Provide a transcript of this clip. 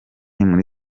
muri